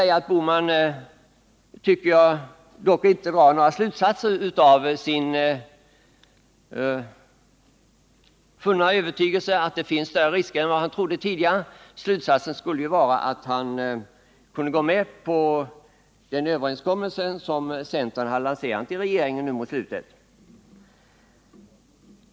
Gösta Bohman drar dock inte några slutsatser av sin vunna övertygelse att det finns större risker än han trodde tidigare. Slutsatsen skulle ju vara att han kunde gå med på den överenskommelse som centern lanserade nu mot slutet.